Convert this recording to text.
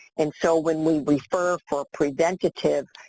and so, when we refer for preventative,